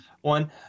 one